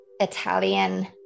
italian